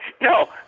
No